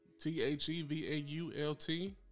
T-H-E-V-A-U-L-T